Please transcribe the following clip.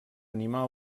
animar